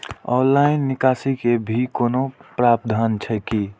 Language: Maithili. ऑनलाइन निकासी के भी कोनो प्रावधान छै की?